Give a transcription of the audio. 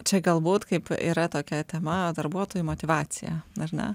čia galbūt kaip yra tokia tema darbuotojų motyvacija ar ne